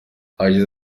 yagize